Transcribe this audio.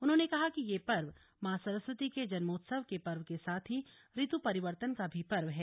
उन्होंने कहा कि ये पर्व मां सरस्वती के जन्मोत्सव के पर्व के साथ ही ऋतु परिवर्तन का पर्व भी है